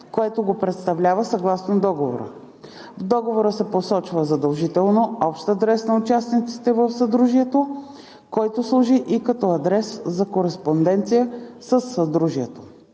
което го представлява съгласно договора. В договора се посочва задължително общ адрес на участниците в съдружието, който служи и като адрес за кореспонденция със съдружието.